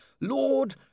Lord